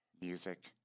music